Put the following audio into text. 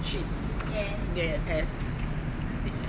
shit get test I say can